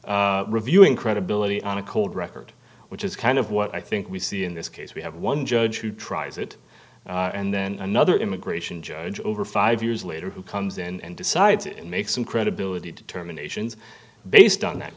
appeals reviewing credibility on a cold record which is kind of what i think we see in this case we have one judge who tries it and then another immigration judge over five years later who comes in and decides to make some credibility determinations based on that